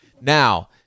Now